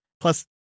Plus